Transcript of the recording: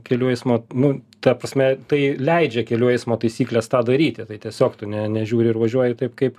kelių eismo nu ta prasme tai leidžia kelių eismo taisyklės tą daryti tai tiesiog tu ne nežiūri ir važiuoji taip kaip